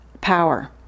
power